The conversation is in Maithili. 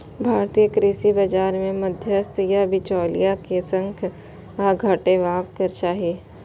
भारतीय कृषि बाजार मे मध्यस्थ या बिचौलिया के संख्या घटेबाक चाही